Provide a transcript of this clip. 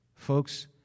Folks